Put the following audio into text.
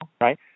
right